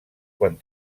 quan